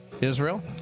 Israel